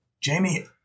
Jamie